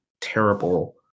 terrible